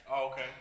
Okay